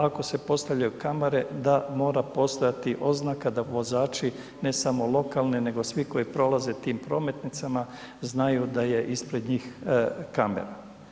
Ako se postavljaju kamere da mora postojati oznaka da vozači ne samo lokalni nego svi koji prolaze tim prometnicama znaju da je ispred njih kamera.